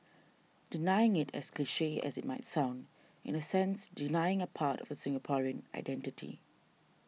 denying it as cliche as it might sound is in a sense denying a part of the Singaporean identity